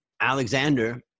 Alexander